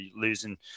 losing